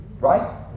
Right